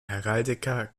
heraldiker